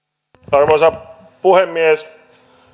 arvoisa puhemies